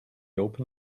open